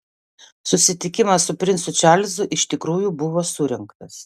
susitikimas su princu čarlzu iš tikrųjų buvo surengtas